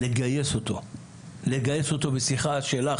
לגייס אותו בשיחה שלך,